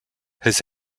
his